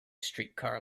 streetcar